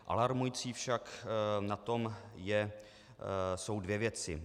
Alarmující však na tom jsou dvě věci.